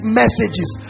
messages